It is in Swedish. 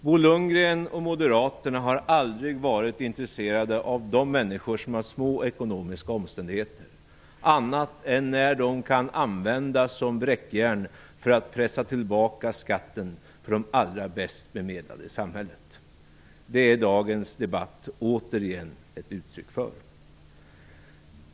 Bo Lundgren och Moderaterna har aldrig varit intresserade av de människor som har små ekonomiska omständigheter annat än när dessa kan användas som bräckjärn för att pressa tillbaka skatten för de allra bäst bemedlade i samhället. Det är dagens debatt återigen ett uttryck för.